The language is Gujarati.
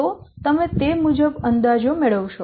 તો તમે તે મુજબ અંદાજો મેળવશો